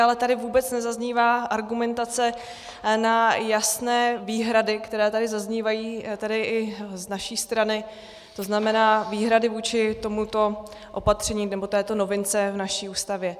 Ale tady vůbec nezaznívá argumentace na jasné výhrady, které tady zaznívají, tedy i z naší strany, to znamená výhrady vůči tomuto opatření, nebo této novince v naší Ústavě.